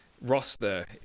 roster